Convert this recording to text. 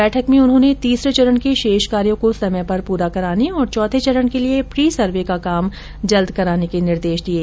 बैठक में उन्होंने तीसरे चरण के शेष कार्यों को समय पर पूरा कराने और चौथे चरण के लिए प्री सर्वे का काम जल्द कराने के निर्देश दिये